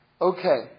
Okay